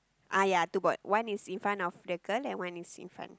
ah ya two board one is in front of the girl and one is in front